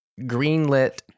greenlit